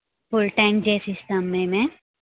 full tank చేసిస్తాం మేమే